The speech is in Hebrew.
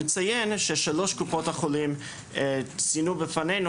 יש לציין ששלוש קופות החולים ציינו בפנינו,